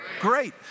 great